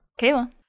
Kayla